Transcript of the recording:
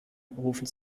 rufen